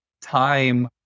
time